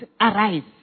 arise